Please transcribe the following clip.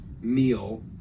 meal